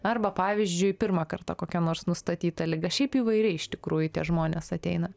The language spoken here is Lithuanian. arba pavyzdžiui pirmą kartą kokia nors nustatyta liga šiaip įvairiai iš tikrųjų tie žmonės ateina